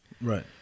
Right